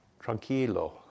Tranquilo